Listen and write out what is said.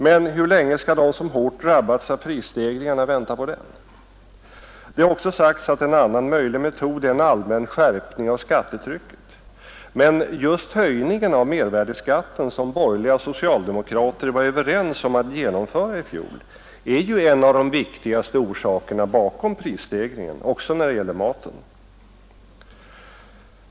Men hur länge skall de som hårt drabbats av prisstegringarna vänta på den? Det har också sagts att en annan möjlig metod är en allmän skärpning av skattetrycket. Men just höjningen av mervärdeskatten, som borgerliga och socialdemokrater var överens om att genomföra i fjol, är en av de viktigaste orsakerna bakom prisstegringen också när det gäller maten.